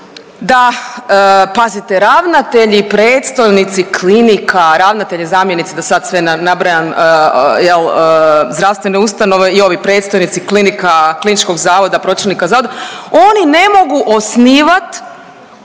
da pazite ravnatelji, predstojnici klinika, ravnatelji, zamjenici da sad sve ne nabrajam zdravstvene ustanove i ovi predstojnici klinika, kliničkog zavoda, pročelnika zavoda oni ne mogu osnivat